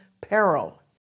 peril